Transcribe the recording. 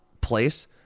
place